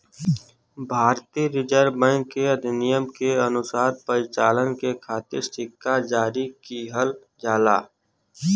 भारतीय reserve bank अधिनियम के अनुसार परिचालन के खातिर सिक्का जारी किहल जाला